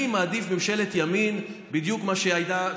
אני מעדיף ממשלת ימין בדיוק כמו שהייתה,